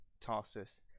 Tarsus